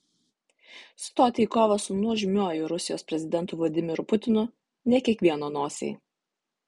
stoti į kovą su nuožmiuoju rusijos prezidentu vladimiru putinu ne kiekvieno nosiai